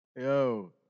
yo